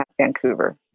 Vancouver